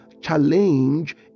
challenge